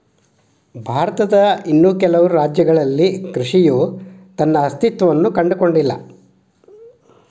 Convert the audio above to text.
ಭಾರತದ ಇನ್ನೂ ಕೆಲವು ರಾಜ್ಯಗಳಲ್ಲಿ ಕೃಷಿಯ ತನ್ನ ಅಸ್ತಿತ್ವವನ್ನು ಕಂಡುಕೊಂಡಿಲ್ಲ